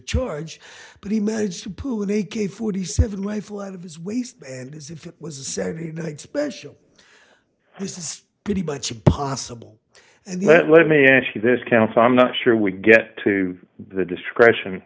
charge but he managed to pull with a k forty seven rifle out of his waist and as if it was a saturday night special this is pretty much impossible and let me ask you this council i'm not sure we get to the discretion